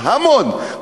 המון.